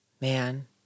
man